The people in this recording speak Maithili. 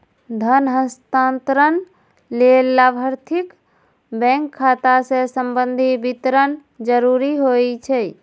धन हस्तांतरण लेल लाभार्थीक बैंक खाता सं संबंधी विवरण जरूरी होइ छै